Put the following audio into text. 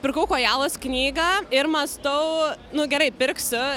pirkau kojalos knygą ir mąstau nu gerai pirksiu